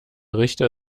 richter